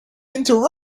into